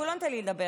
הוא לא נותן לי לדבר.